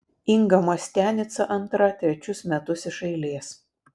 inga mastianica antra trečius metus iš eilės